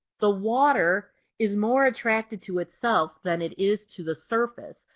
the water is more attracted to itself than it is to the surface.